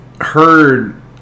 heard